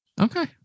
Okay